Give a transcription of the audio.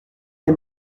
est